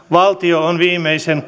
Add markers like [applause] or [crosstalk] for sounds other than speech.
[unintelligible] valtio on viimeisen [unintelligible]